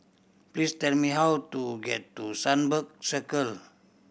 please tell me how to get to Sunbird Circle